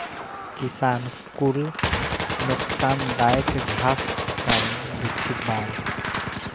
किसान कुल नोकसानदायक घास के कारण दुखी बाड़